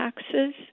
taxes